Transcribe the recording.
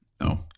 no